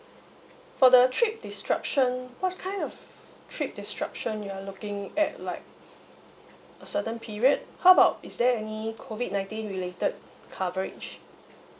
for the trip disruption what kind of trip disruption you're looking at like a certain period how about is there any COVID nineteen related coverage